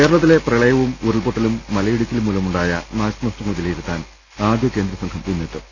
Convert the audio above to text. കേരളത്തിലെ പ്രളയവും ഉരുൾപൊട്ടലും മലയിടിച്ചിലുംമൂലമുണ്ടായ നാശനഷ്ടങ്ങൾ വിലയിരുത്താൻ ആദ്യ കേന്ദ്രസംഘം ഇന്നെത്തും